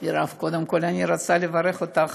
מירב, קודם כול, אני רוצה לברך אותך,